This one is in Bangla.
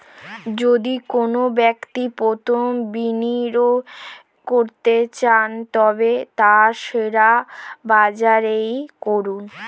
যদি কোনো ব্যক্তি প্রথম বিনিয়োগ করতে চান তবে তা শেয়ার বাজারে করুন